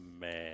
Man